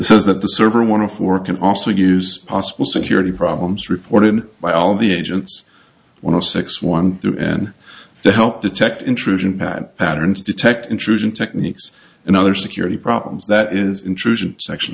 is that the server want to for can also use possible security problems reported by all the agents one of six one there and to help detect intrusion pat patterns detect intrusion techniques and other security problems that is intrusion section